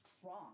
strong